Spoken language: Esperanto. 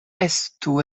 estu